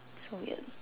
weird